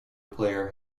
player